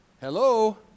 Hello